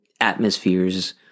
atmospheres